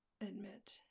admit